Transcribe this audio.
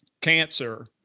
cancer